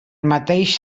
mateix